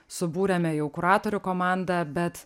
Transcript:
subūrėme jau kuratorių komandą bet